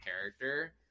character